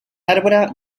arbre